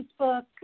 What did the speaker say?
Facebook